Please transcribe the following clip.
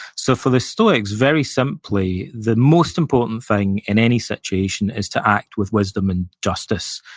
so, for the stoics, very simply, the most important thing in any situation is to act with wisdom and justice,